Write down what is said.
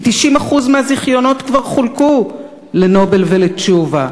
כי 90% מהזיכיונות כבר חולקו ל"נובל" ולתשובה,